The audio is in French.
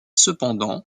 cependant